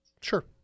Sure